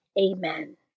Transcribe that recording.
Amen